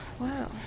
Wow